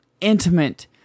intimate